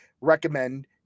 recommend